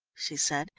she said,